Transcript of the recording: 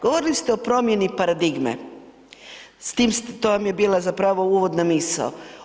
Govorili ste o promjeni paradigme, s tim, to vam je bila zapravo uvodna misao.